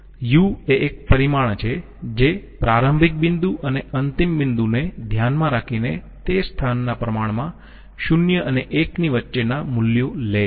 u એ એક પરિમાણ છે જે પ્રારંભિક બિંદુ અને અંતિમ બિંદુને ધ્યાનમાં રાખીને તે સ્થાનના પ્રમાણમાં 0 અને 1 ની વચ્ચેના મૂલ્યો લે છે